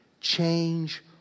change